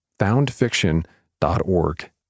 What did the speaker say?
foundfiction.org